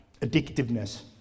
addictiveness